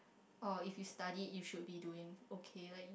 oh if you studied you should be doing okay like